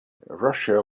russia